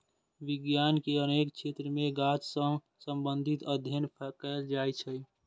विज्ञान के अनेक क्षेत्र मे गाछ सं संबंधित अध्ययन कैल जाइ छै